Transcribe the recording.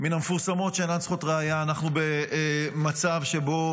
מן המפורסמות שאינן צריכות ראיה, אנחנו במצב שבו